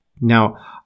Now